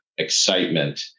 Excitement